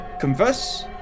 converse